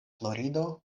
florido